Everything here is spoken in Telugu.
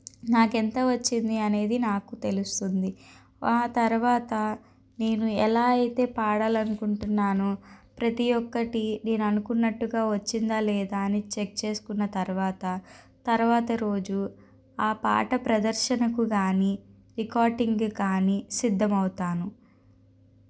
నాకెంత వచ్చింది అనేది నాకు తెలుస్తుంది ఆ తర్వాత నేను ఎలా అయితే పాడాలనుకుంటున్నానో ప్రతి ఒక్కటి నేను అనుకున్నట్టుగా వచ్చిందా లేదా అని చెక్ చేసుకున్న తర్వాత తర్వాత రోజు ఆ పాట ప్రదర్శనకు గానీ రికార్డింగ్కి గానీ సిద్ధమవుతాను